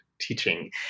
teaching